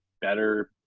better